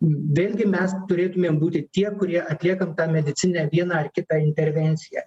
vėlgi mes turėtumėm būti tie kurie atliekam tą medicininę vieną ar kitą intervenciją